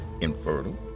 infertile